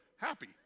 happy